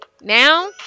Now